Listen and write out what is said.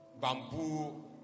Bamboo